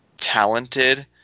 talented